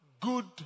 good